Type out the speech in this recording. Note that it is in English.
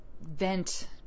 vent